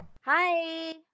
Hi